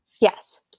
Yes